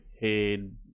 head